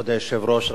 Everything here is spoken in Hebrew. כבוד היושב-ראש,